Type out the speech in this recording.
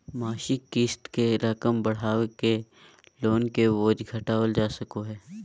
मासिक क़िस्त के रकम बढ़ाके लोन के बोझ घटावल जा सको हय